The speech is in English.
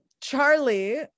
Charlie